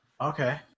Okay